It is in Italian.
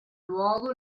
luogo